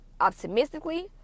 optimistically